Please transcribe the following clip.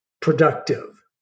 productive